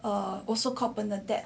err also called bernadette